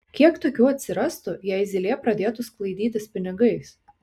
kiek tokių atsirastų jei zylė pradėtų sklaidytis pinigais